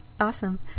awesome